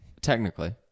Technically